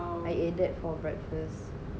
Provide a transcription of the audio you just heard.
I added for breakfast